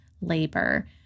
labor